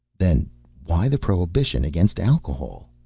then why the prohibition against alcohol?